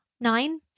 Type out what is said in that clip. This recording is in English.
Nine